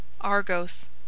Argos